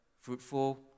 fruitful